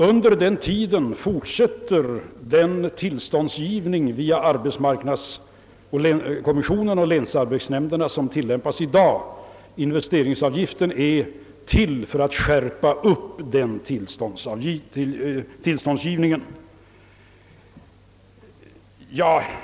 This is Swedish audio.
Under den tiden fortsätter den tillståndsgivning via arbetsmarknadskommissionen och länsarbetsnämnderna som nu tillämpas. Investeringsavgiften är till för att skärpa denna tillståndsgivning.